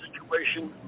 situation